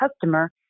customer